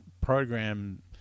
program